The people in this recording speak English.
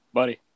Buddy